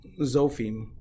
Zophim